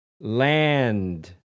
Land